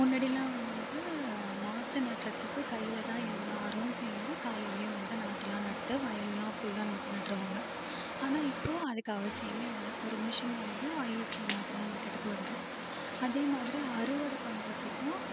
முன்னாடியெலாம் வந்து நாற்று நடுறதுக்கு கையில்தான் எல்லாேரும் சேர்ந்து காலையிலேயே வந்து நாற்றெலாம் நட்டு வயலெல்லாம் ஃபுல்லாக நாற்று நட்டுருவாங்க ஆனால் இப்போது அதுக்கு அவசியமே இல்லை ஒரு மிஷின் வந்து ஈஸியாக நாற்றெலாம் நட்டுகிட்டு போய்விடுது அதே மாதிரி அறுவடை பண்ணுறதுக்கும்